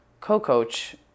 co-coach